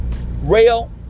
rail